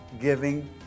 giving